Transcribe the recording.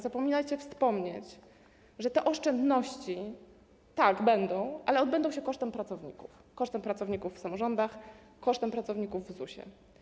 Zapominacie wspomnieć, że te oszczędności - tak - będą, ale odbędą się kosztem pracowników, kosztem pracowników w samorządach, kosztem pracowników w ZUS-ie.